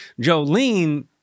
Jolene